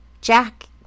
Jack